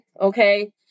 Okay